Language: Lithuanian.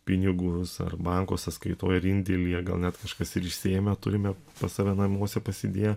pinigus ar banko sąskaitoj ar indėlyje gal net kažkas ir išsiėmę turime pas save namuose pasidėję